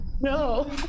No